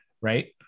right